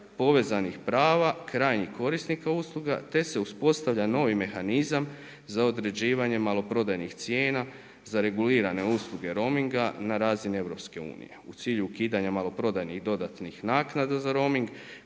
povezanih prava krajnjih korisnika usluga, te se uspostavlja novi mehanizam za određivanje maloprodajnih cijena za regulirane usluge roominga na razini EU u cilju ukidanja maloprodajnih dodatnih naknada za rooming